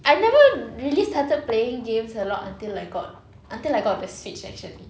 I never really started playing games a lot until I got until I got the Switch actually